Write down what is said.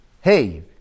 hey